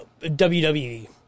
WWE